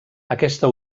aquesta